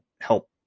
help